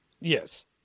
Yes